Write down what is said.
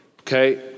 Okay